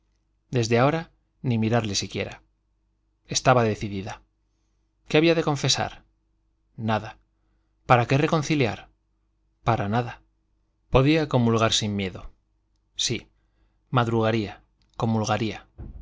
desde ahora ni mirarle siquiera estaba decidida qué había que confesar nada para qué reconciliar para nada podía comulgar sin miedo sí madrugaría comulgaría pero